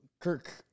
Kirk